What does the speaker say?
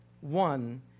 one